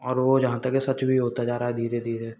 और वह जहाँ तक है सच भी होता जा रहा है धीरे धीरे